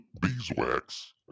beeswax